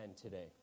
today